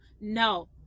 No